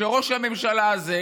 שראש הממשלה הזה,